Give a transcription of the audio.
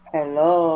Hello